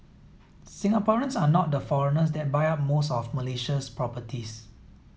Singaporeans are not the foreigners that buy up most of Malaysia's properties